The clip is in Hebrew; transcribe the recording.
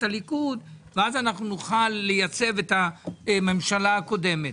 הליכוד ואז אנחנו נוכל לייצב את הממשלה הקודמת.